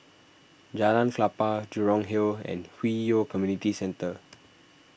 Jalan Klapa Jurong Hill and Hwi Yoh Community Centre